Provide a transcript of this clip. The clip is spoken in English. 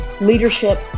leadership